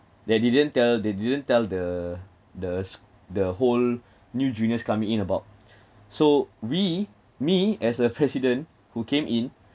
they didn't tell they didn't tell the the the whole new juniors coming in about so we me as a president who came in